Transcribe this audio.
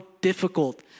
difficult